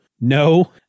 No